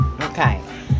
okay